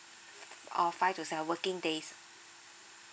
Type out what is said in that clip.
oh five to seven working days